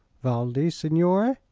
valdi, signore?